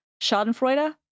Schadenfreude